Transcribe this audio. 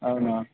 అవునా